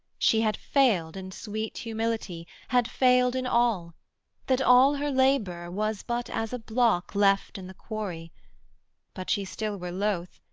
she had failed in sweet humility had failed in all that all her labour was but as a block left in the quarry but she still were loth,